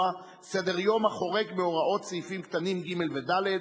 סדר-יום החורג מהוראות סעיפים קטנים (ג) ו-(ד),